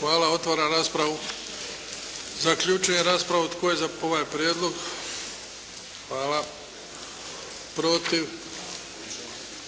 Hvala. Otvaram raspravu. Zaključujem raspravu. Tko je za ovaj prijedlog? Hvala. Protiv?